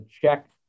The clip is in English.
check